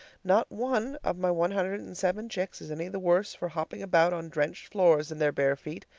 not one of my one hundred and seven chicks is any the worse for hopping about on drenched floors in their bare feet,